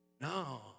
No